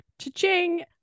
cha-ching